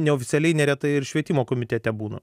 neoficialiai neretai ir švietimo komitete būnu